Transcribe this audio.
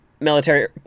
military